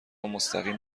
مستقیم